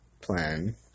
plan